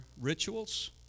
rituals